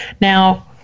now